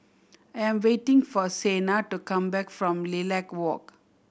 I am waiting for Sena to come back from Lilac Walk